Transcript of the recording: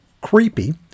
creepy